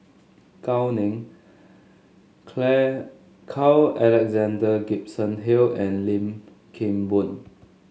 Gao Ning Clare Carl Alexander Gibson Hill and Lim Kim Boon